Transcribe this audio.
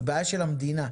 היא בעיה של המדינה.